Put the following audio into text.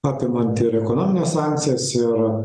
apimant ir ekonomines sankcijas ir